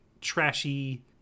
trashy